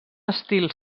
estil